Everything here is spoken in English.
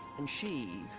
and she.